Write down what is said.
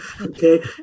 okay